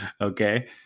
okay